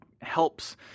helps